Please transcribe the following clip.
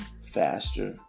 faster